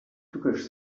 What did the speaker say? tückisch